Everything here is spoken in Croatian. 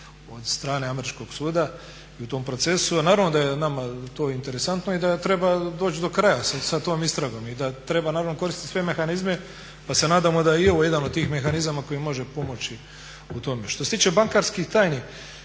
od strane američkog suda u tom procesu, a naravno da je nama to interesantno i da treba doći do kraja sa tom istragom i da treba naravno koristiti sve mehanizme. Pa se nadamo da je i ovo jedan od tih mehanizama koji može pomoći u tome. Što se tiče bankarskih tajni,